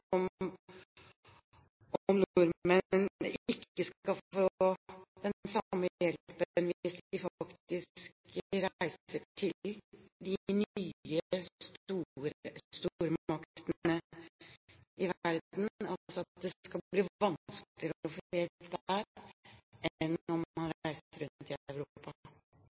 om utenriksministeren tenker seg at nordmenn ikke skal få den samme hjelpen hvis de faktisk reiser til de nye stormaktene i verden, altså at det skal bli vanskeligere å få hjelp der enn om man reiser rundt